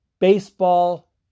baseball